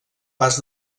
pas